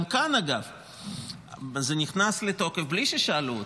גם כאן, אגב, זה נכנס לתוקף בלי ששאלו אותי.